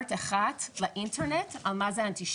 סטנדרט אחד באינטרנט על מה זה אנטישמיות,